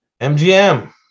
mgm